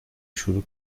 شروع